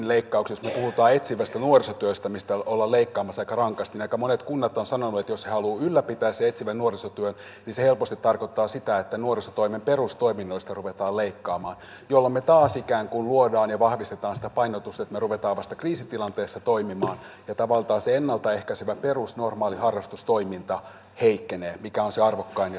jos me puhumme etsivästä nuorisotyöstä mistä ollaan leikkaamassa aika rankasti niin aika monet kunnat ovat sanoneet että jos he haluavat ylläpitää sen etsivän nuorisotyön se helposti tarkoittaa sitä että nuorisotoimen perustoiminnoista ruvetaan leikkaamaan jolloin me taas ikään kuin luomme ja vahvistamme sitä painotusta että me rupeamme vasta kriisitilanteessa toimimaan ja tavallaan se ennalta ehkäisevä normaali perusharrastustoiminta heikkenee vaikka se on se arvokkain ja tärkein pohja